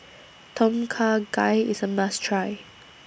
Tom Kha Gai IS A must Try